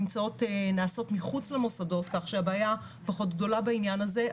נעשות מחוץ למוסדות כך שהבעיה פחות גדולה בעניין הזה,